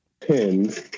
pins